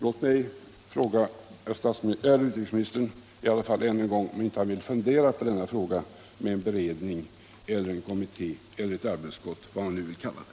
Låt mig fråga herr utrikesministern än en gång, om han inte vill fundera över denna fråga beträffande en beredning, en kommitté, ett arbetsutskott eller vad man nu kallar det.